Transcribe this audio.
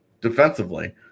defensively